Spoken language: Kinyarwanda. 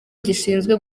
gishinzwe